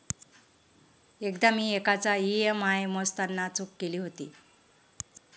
एकदा मी एकाचा ई.एम.आय मोजताना चूक केली होती